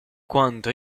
quanto